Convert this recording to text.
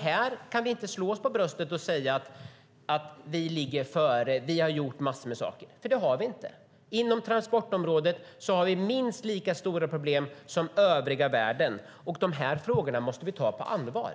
Här kan vi alltså inte slå oss för bröstet och säga att vi ligger före och har gjort massor med saker, för det har vi inte. Inom transportområdet har vi minst lika stora problem som övriga världen, och dessa frågor måste vi ta på allvar.